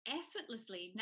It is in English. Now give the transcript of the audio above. effortlessly